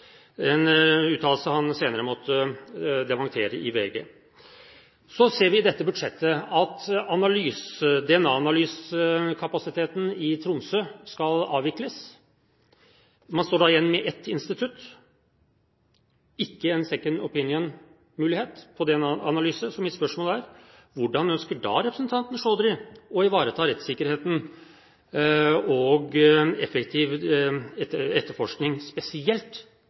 en uttalelse han senere måtte dementere i VG. Så ser vi i dette budsjettet at DNA-analysekapasiteten i Tromsø skal avvikles. Man står da igjen med ett institutt – ikke en «second opinion»-mulighet på DNA-analyse. Mitt spørsmål er: Hvordan ønsker da representanten Chaudhry å ivareta rettssikkerheten og effektiv etterforskning, spesielt